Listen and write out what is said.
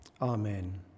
Amen